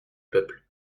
peuple